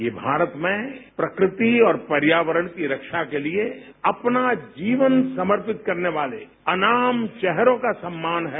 ये भारत में प्रकृति और पर्यावरण की रक्षा के लिए अपना जीवन समर्पित करने वाले अनाम चेहरों का सम्मान है